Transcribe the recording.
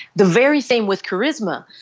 the very same with charisma.